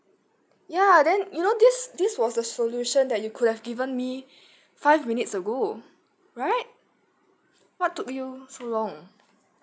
ya then you know this this was the solution that you could have given me five minutes ago right what took you so long